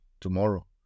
tomorrow